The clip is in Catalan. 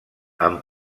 han